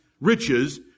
riches